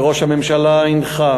וראש הממשלה הנחה